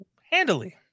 Handily